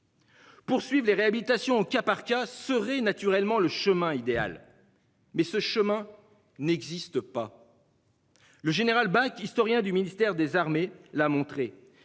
Poursuivent les réhabilitations au cas par cas serait naturellement le chemin idéal mais ce chemin n'existe pas. Le général bac historien du ministère des Armées la montrer.